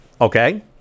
Okay